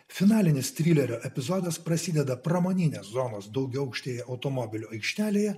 finalinis trilerio epizodas prasideda pramoninės zonos daugiaaukštėje automobilių aikštelėje